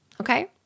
Okay